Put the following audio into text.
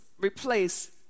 replace